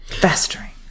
Festering